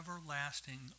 everlasting